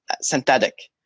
synthetic